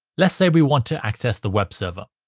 let's say we want to access the web server.